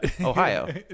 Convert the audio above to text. Ohio